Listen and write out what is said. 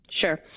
Sure